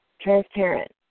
transparent